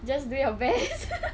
just do your best